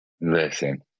Listen